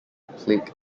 plaque